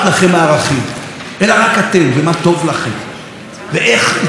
אלא רק אתם ומה טוב לכם ואיך יצא לכם מזה משהו,